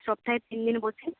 সপ্তাহে তিনদিন বসি